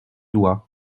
doigt